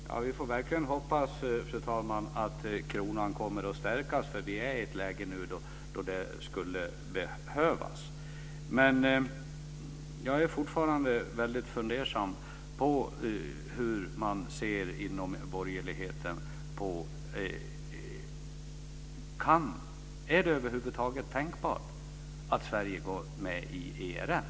Fru talman! Vi får verkligen hoppas att kronan kommer att stärkas. Vi är nu i ett läge där det skulle behövas. Jag är fortfarande väldigt fundersam på hur man inom borgerligheten ser på detta. Är det över huvud taget tänkbart att Sverige går med i ERM?